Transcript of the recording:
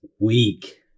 week